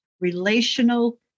relational